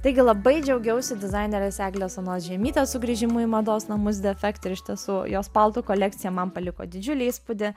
taigi labai džiaugiausi dizainerės eglės onos žiemytės sugrįžimu į mados namus defekt ir iš tiesų jos paltų kolekcija man paliko didžiulį įspūdį